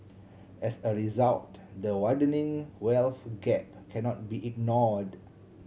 as a result the widening wealth gap cannot be ignored